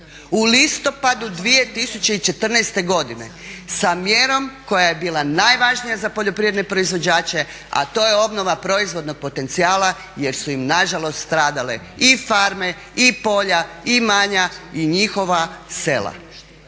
u listopadu 2014.godine sa mjerom koja je bila najvažnija za poljoprivredne proizvođače, a to je obnova proizvodnog potencijala jer su im nažalost stradale i farme i polja i imanja i njihova sela.